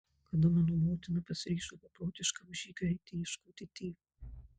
kada mano motina pasiryžo beprotiškam žygiui eiti ieškoti tėvo